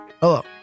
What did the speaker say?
Hello